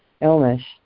illness